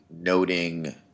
noting